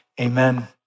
Amen